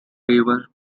river